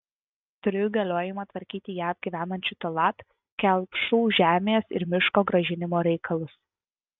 turiu įgaliojimą tvarkyti jav gyvenančių tallat kelpšų žemės ir miško grąžinimo reikalus